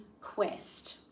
quest